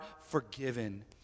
forgiven